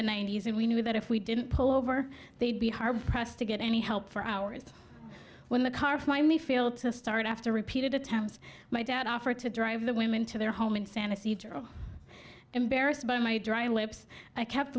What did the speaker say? the ninety's and we knew that if we didn't pull over they'd be hard pressed to get any help for hours when the car finally fail to start after repeated attempts my dad offered to drive the women to their home in santa embarrassed by my dry lips i kept